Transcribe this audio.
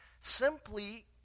simply